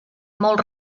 molt